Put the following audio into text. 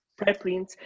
preprints